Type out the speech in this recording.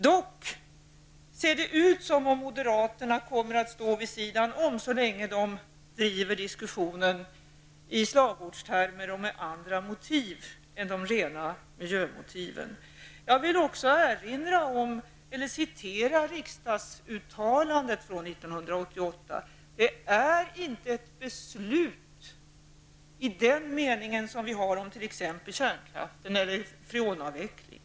Dock ser det ut som om moderaterna kommer att stå vid sidan om så länge de för diskussionen i slagordstermer och med andra motiv än de rena miljömotiven. Jag skall vidare referera riksdagsuttalandet från år 1988. Det är inte ett beslut i samma mening som beträffande kärnkraften eller freonavvecklingen.